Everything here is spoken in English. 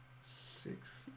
Six